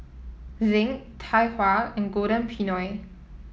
Zinc Tai Hua and Golden Peony